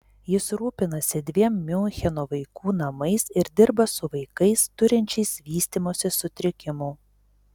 jis rūpinasi dviem miuncheno vaikų namais ir dirba su vaikais turinčiais vystymosi sutrikimų